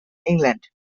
england